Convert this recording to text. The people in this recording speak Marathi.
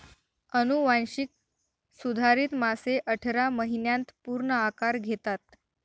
अनुवांशिक सुधारित मासे अठरा महिन्यांत पूर्ण आकार घेतात